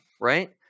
right